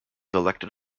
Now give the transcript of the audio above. elected